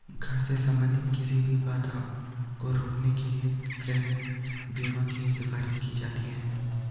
घर से संबंधित किसी भी बाधा को रोकने के लिए गृह बीमा की सिफारिश की जाती हैं